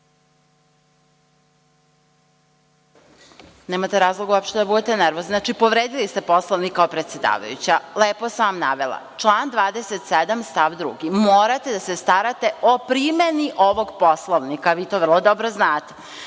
Nemate razloga uopšte da budete nervozni. Znači, povredili ste Poslovnik kao predsedavajuća. Lepo sam vam navela, član 27. stav 2. morate da se starate o primeni ovog Poslovnika. Vi to vrlo dobro znate. Dakle,